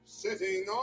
sitting